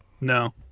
no